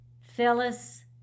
Phyllis